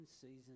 season